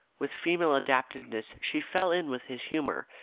with female adaptiveness she fell in with his humour,